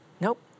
Nope